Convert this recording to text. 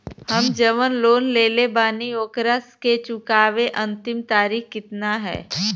हम जवन लोन लेले बानी ओकरा के चुकावे अंतिम तारीख कितना हैं?